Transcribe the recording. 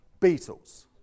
Beatles